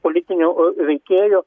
politiniu veikėju